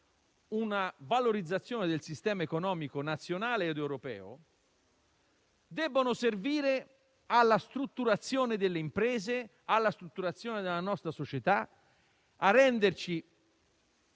una valorizzazione del sistema economico nazionale ed europeo, devono servire alla strutturazione delle imprese, della nostra società e a renderci